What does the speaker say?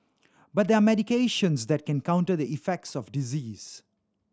but there are medications that can counter the effects of disease